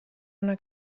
una